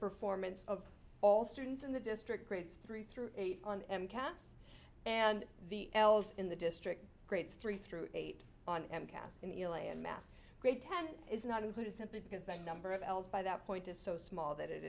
performance of all students in the district grades three through eight on m katz and the l's in the district grades three through eight on m cas in the l a in math grade ten is not included simply because the number of l's by that point is so small that it